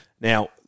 Now